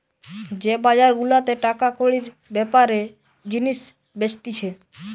যে বাজার গুলাতে টাকা কড়ির বেপারে জিনিস বেচতিছে